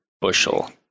bushel